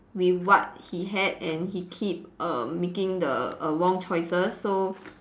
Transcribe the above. with what he had and he keep err making the err wrong choices so